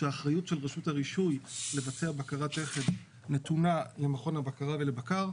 שהאחריות של רשות הרישוי לבצע בקרת תכן נתונה למכון הבקרה ולבקר,